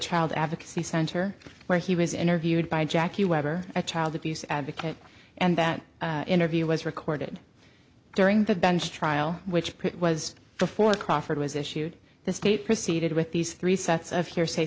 child advocacy center where he was interviewed by jackie webber a child abuse advocate and that interview was recorded during the bench trial which was before crawford was issued the state proceeded with these three sets of hearsay